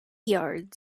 yards